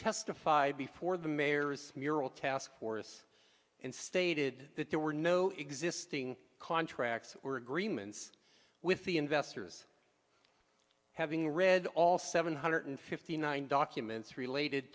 testified before the mayor's mural task force and stated that there were no existing contracts or agreements with the investors having read all seven hundred fifty nine documents related